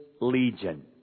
Legion